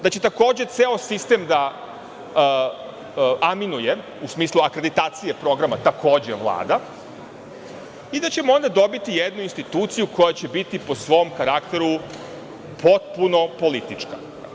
Da će, takođe, ceo sistem da aminuje, u smislu akreditacije programa, takođe Vlada i da ćemo onda dobiti jednu instituciju koja će biti po svom karakteru potpuno politička.